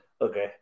Okay